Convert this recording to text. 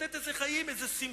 לתת איזה חיים, איזו שמחה.